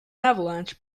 avalanche